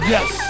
Yes